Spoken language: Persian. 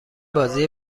بازی